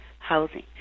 Housing